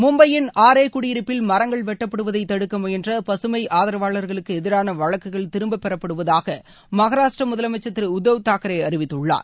மும்பையின் ஆரே குடியிருப்பில் மரங்கள் வெட்டப்படுவதைத் தடுக்க முயன்ற பசுமை ஆதரவாளர்களுக்கு எதிரான வழக்குகள் திரும்பப்பெறப்படுவதாக மகாராஷ்டிரா முதலமைச்சர் திரு உத்தவ் தாக்கரே அறிவித்துள்ளார்